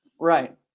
right